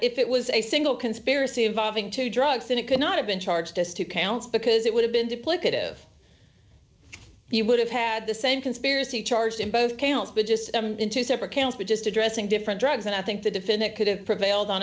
if it was a single conspiracy involving two drugs then it could not have been charged as two counts because it would have been depleted if you would have had the same conspiracy charge in both counts but just in two separate counts but just addressing different drugs and i think the defendant could have prevailed on